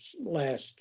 last